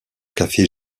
café